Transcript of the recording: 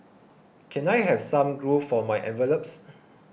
can I have some glue for my envelopes